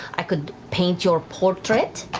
i could paint your portrait.